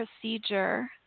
procedure